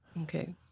Okay